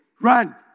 run